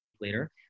later